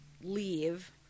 leave